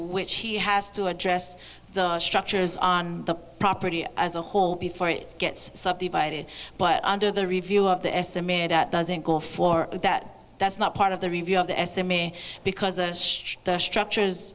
which he has to address the structures on the property as a whole before it gets subdivided but under the review of the estimated that doesn't go for that that's not part of the review of the s m a because of the structures